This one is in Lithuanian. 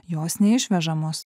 jos neišvežamos